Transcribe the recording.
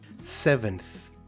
Seventh